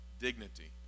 dignity